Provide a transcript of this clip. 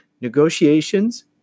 Negotiations